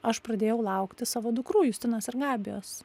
aš pradėjau laukti savo dukrų justinos ir gabijos